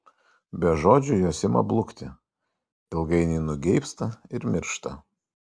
be žodžių jos ima blukti ilgainiui nugeibsta ir miršta